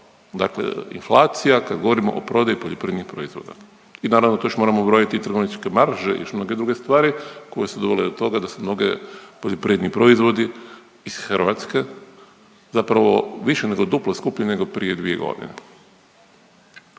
dakle inflacija kad govorimo o prodaji poljoprivrednih proizvoda. I naravno da tu još moramo ubrojiti trgovinske marže i još mnoge druge stvari koje su dovele do toga da se mnoge poljoprivredni proizvodi iz Hrvatske zapravo više nego duplo skuplji nego prije dvije godine.